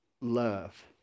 love